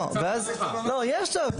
לא, יש צו הנחה.